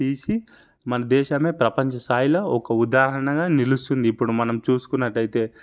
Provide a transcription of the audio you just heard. తీసి మన దేశమే ప్రపంచస్థాయిలో ఒక ఉదాహరణగా నిలుస్తుంది ఇప్పుడు మనం చూసుకున్నట్టయితే